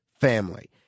family